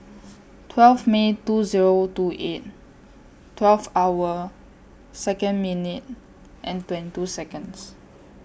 twelve May two Zero two eight twelve hour Second minute and twenty two Seconds